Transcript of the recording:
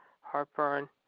Heartburn